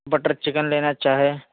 butter chicken لینا چاہیں